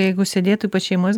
jeigu sėdėtų pas šeimos